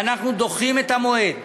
ואנחנו דוחים את המועד,